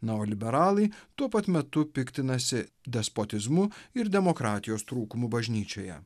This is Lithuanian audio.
na o liberalai tuo pat metu piktinasi despotizmu ir demokratijos trūkumu bažnyčioje